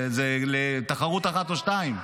זה לתחרות אחת או שתיים.